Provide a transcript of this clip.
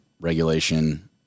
regulation